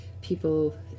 people